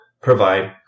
provide